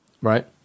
Right